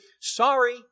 sorry